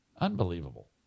Unbelievable